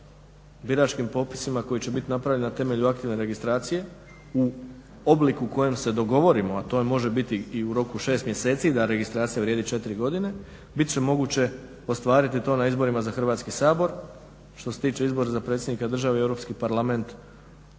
sa biračkim popisima koji će biti napravljeni na temelju aktivne registracije u obliku u kojem se dogovorimo, a to može biti i u roku šest mjeseci da registracija vrijedi 4 godine, bit će moguće ostvariti to na izborima za Hrvatski sabor. Što se tiče izbora za predsjednika države i u Europski parlament